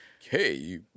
Hey